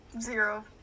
Zero